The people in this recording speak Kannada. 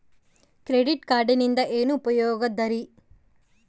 ಕ್ರೆಡಿಟ್ ಕಾರ್ಡಿನಿಂದ ಏನು ಉಪಯೋಗದರಿ?